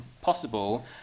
possible